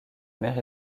mère